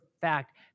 fact